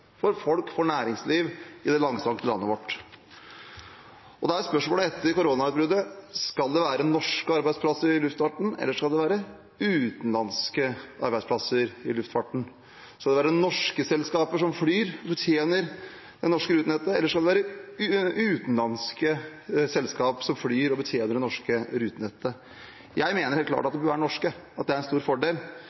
for folk og næringsliv i det langstrakte landet vårt. Etter koronautbruddet er spørsmålet: Skal det være norske arbeidsplasser i luftfarten, eller skal det være utenlandske arbeidsplasser i luftfarten? Skal det være norske selskaper som flyr og betjener det norske rutenettet, eller skal det være utenlandske selskaper som flyr og betjener det norske rutenettet? Jeg mener helt klart at det bør være norske, at det er en stor fordel.